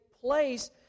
place